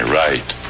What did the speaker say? right